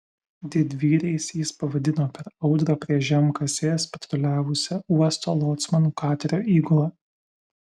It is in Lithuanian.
didvyriais jis pavadino per audrą prie žemkasės patruliavusią uosto locmanų katerio įgulą